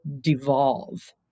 devolve